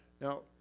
now